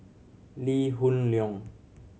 Lee Hoon Leong